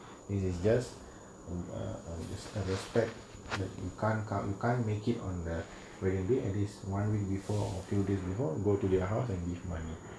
thia is just err is a respect that you can't come you can't make it on the wedding day at least one week before or few days before or go to their house and give money